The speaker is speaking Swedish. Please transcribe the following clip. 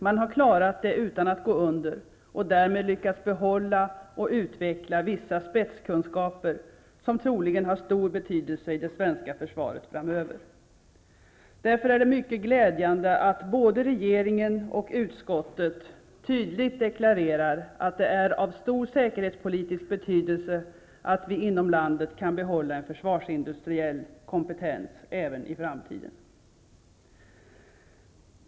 Man har klarat det utan att gå under, och därmed lyckats behålla och utveckla vissa spetskunskaper som troligen har stor betydelse i det svenska försvaret framöver. Därför är det mycket glädjande att både regeringen och utskottet tydligt deklarerar att ''det är av stor säkerhetspolitisk betydelse att vi inom landet kan behålla en försvarsindustriell kompetens även i framtiden.''